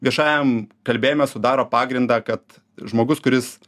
viešajam kalbėjime sudaro pagrindą kad žmogus kuris